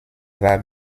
war